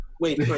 wait